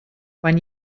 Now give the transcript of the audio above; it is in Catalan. quan